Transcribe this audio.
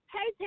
Hey